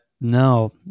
No